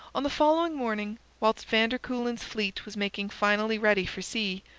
on the following morning, whilst van der kuylen's fleet was making finally ready for sea,